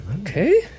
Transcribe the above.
okay